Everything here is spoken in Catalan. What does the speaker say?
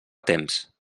temps